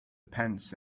pence